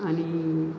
आणि